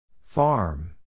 Farm